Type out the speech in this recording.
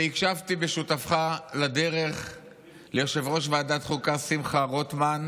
הוא יקשיב לי בגלל שהוא רוצה להקשיב לי.